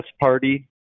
Party